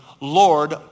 lord